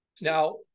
Now